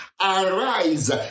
Arise